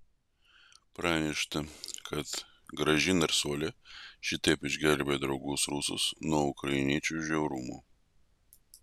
pranešta kad graži narsuolė šitaip išgelbėjo draugus rusus nuo ukrainiečių žiaurumo